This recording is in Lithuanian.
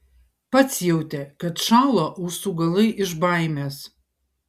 pats jautė kad šąla ausų galai iš baimės